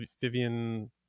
Vivian